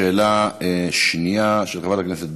שאלה שנייה של חברת הכנסת,